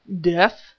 death